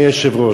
אדוני היושב-ראש,